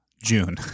June